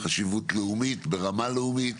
חשיבות לאומית ברמה לאומית,